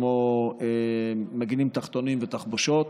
כמו מגיני תחתונים ותחבושות.